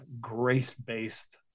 grace-based